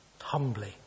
Humbly